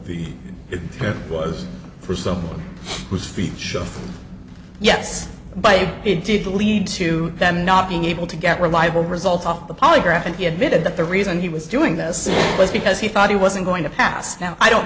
the fear was for someone whose feet show yes but it did lead to them not being able to get reliable results on the polygraph and he admitted that the reason he was doing this was because he thought he wasn't going to pass now i don't